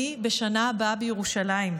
אני בשנה הבאה בירושלים.